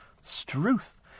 Struth